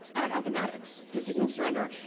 at appomattox, to signal surrender,